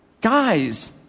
guys